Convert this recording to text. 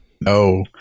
no